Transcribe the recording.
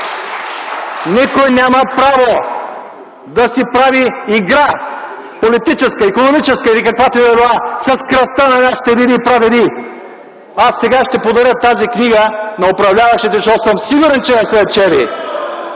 Никой няма право да си прави игра – политическа, икономическа или каквато и да била, с кръвта на нашите деди и прадеди! Аз сега ще подаря тази книга на управляващите, защото съм сигурен, че не са я чели: